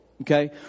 okay